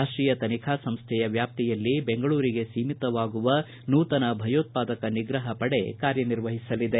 ರಾಷ್ಟೀಯ ತನಿಖಾ ಸಂಸ್ಥೆಯ ವ್ಯಾಪ್ತಿಯಲ್ಲಿ ಬೆಂಗಳೂರಿಗೆ ಸೀಮಿತವಾಗುವ ನೂತನ ಭಯೋತ್ಪಾದಕ ನಿಗ್ರಹ ಪಡೆ ಕಾರ್ಯ ನಿರ್ವಹಿಸಲಿದೆ